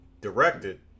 directed